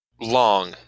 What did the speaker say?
long